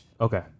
Okay